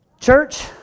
Church